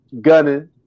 gunning